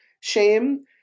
Shame